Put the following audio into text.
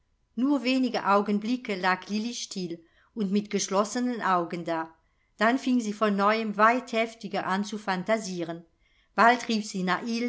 nur wenige augenblicke lag lilli still und mit geschlossenen augen da dann fing sie von neuem weit heftiger an zu phantasieren bald rief sie